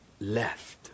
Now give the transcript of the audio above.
left